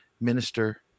Minister